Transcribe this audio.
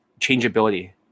changeability